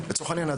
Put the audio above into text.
לצורך העניין,